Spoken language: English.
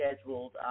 scheduled